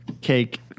cake